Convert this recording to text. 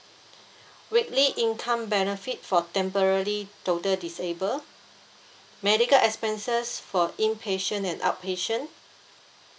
weekly income benefit for temporary total disabled medical expenses for inpatient and outpatient